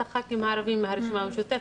את הח"כים הערביים מהרשימה המשותפת.